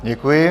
Děkuji.